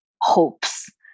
hopes